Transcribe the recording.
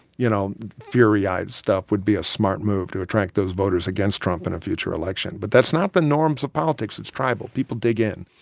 you know, fury-eyed stuff would be a smart move to attract those voters against trump in a future election. but that's not the norms of politics. it's tribal. people dig in